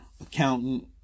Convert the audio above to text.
accountant